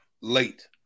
late